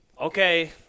okay